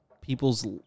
people's